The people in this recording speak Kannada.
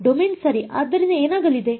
ಡೊಮೇನ್ ಸರಿ ಆದ್ದರಿಂದ ಏನಾಗಲಿದೆ